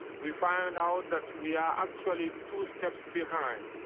we find out that we are actually two steps behind.